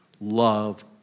love